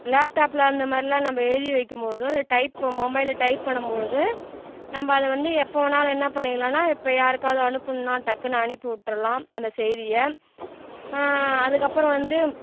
லேப்டாப்பில் அந்த மாதிரிலாம் நம்ம எழுதி வைக்கும்பொழுதோ இல்லை டைப் இப்போ மொபைலில் டைப் பண்ணும் பொழுது நம்ம அதை வந்து எப்போ வேணாலும் என்ன பண்ணிக்கலாம்னால் இப்போ யாருக்காவது அனுப்புணும்னால் டக்குனு அனுப்பி விட்ரலாம் அந்த செய்தியை அதுக்கப்புறம் வந்து